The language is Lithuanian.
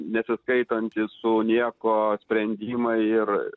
nesiskaitantys su niekuo sprendimai ir